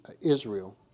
Israel